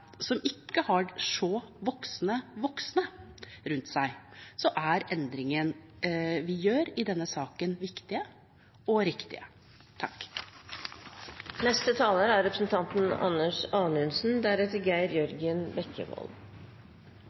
som ikke har så modne voksne rundt seg, er endringene vi gjør i denne saken, viktige og riktige.